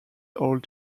old